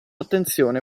attenzione